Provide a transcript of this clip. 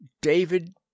David